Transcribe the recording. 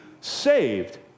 saved